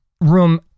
room